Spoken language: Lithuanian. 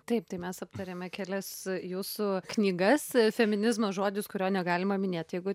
taip tai mes aptarėme kelias jūsų knygas feminizmo žodis kurio negalima minėt jeigu